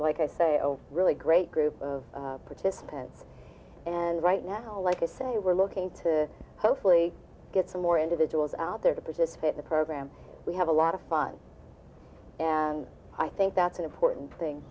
like i say oh really great group of participants and right now like i say we're looking to hopefully get some more individuals out there to participate in the program we have a lot of fun and i think that's an important thing